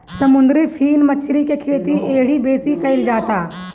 समुंदरी फिन मछरी के खेती एघड़ी बेसी कईल जाता